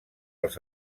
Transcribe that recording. els